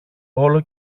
όλο